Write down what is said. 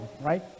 right